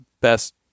best